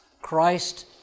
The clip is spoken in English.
Christ